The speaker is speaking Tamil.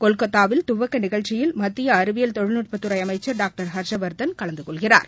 கொல்கத்தாவில் துவக்க நிகழ்ச்சியில் மத்திய அறிவியல் தொழில்நுட்பத்துறை அமைச்சர் டாக்டர் ஹர்ஷவர்தன் கலந்துகொள்கிறார்